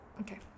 Okay